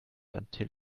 until